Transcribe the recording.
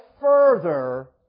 further